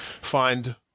find